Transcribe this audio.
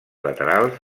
laterals